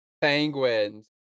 Penguins